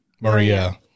Maria